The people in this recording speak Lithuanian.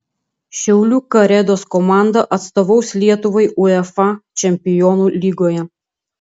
šiaulių karedos komanda atstovaus lietuvai uefa čempionų lygoje